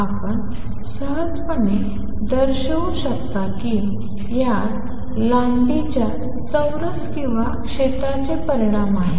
आपण सहजपणे दर्शवू शकता की यात लांबीच्या चौरस किंवा क्षेत्राचे परिमाण आहेत